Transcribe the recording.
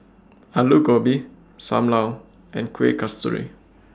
Aloo Gobi SAM Lau and Kueh Kasturi